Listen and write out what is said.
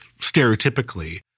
stereotypically